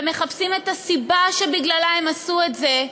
ומחפשים את הסיבה שבגללה הם עשו את זה,